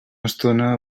estona